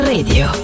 Radio